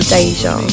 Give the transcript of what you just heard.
Deja